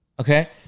Okay